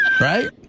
Right